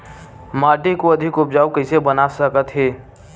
माटी को अधिक उपजाऊ कइसे बना सकत हे?